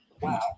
Wow